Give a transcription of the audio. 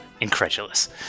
Incredulous